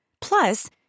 Plus